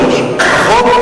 חברת הכנסת תירוש, הוא משיב.